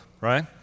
right